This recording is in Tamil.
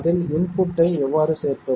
அதில் இன்புட்டை எவ்வாறு சேர்ப்பது